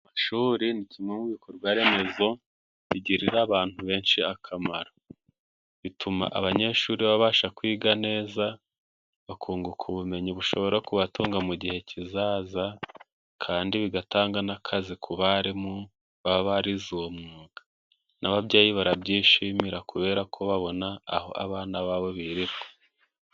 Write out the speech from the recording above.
Ishuri ni kimwe mu bikorwa remezo bigirira abantu benshi akamaro. Bituma abanyeshuri babasha kwiga neza, bakunguka ubumenyi bushobora kubatunga mu gihe kizaza, kandi bigatanga n'akazi ku barimu baba barize uwo mwuga. N'ababyeyi barabyishimira, kubera ko babona aho abana babo birirwa.